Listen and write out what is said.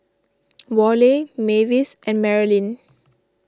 Worley Mavis and Marolyn